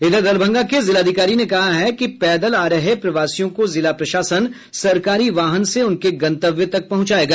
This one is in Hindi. इधर दरभंगा के जिलाधिकारी ने कहा है कि पैदल आ रहे प्रवासियों को जिला प्रशासन सरकारी वाहन से उनके गंतव्य तक पहुंचायेगा